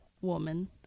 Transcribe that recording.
woman